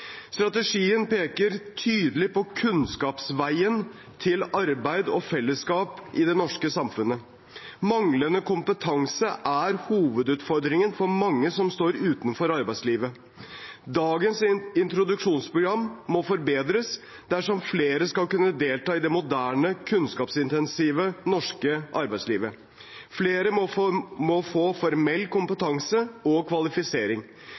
Strategien peker tydelig på kunnskapsveien til arbeid og fellesskap i det norske samfunnet. Manglende kompetanse er hovedutfordringen for mange som står utenfor arbeidslivet. Dagens introduksjonsprogram må forbedres dersom flere skal kunne delta i det moderne, kunnskapsintensive norske arbeidslivet. Flere må få formell kompetanse og kvalifisering. Vi må unngå en meningsløs runddans av kurs og